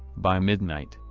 by midnight,